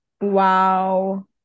Wow